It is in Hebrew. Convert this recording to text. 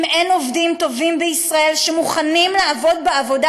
אם אין עובדים טובים בישראל שמוכנים לעבוד בעבודה,